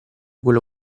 quello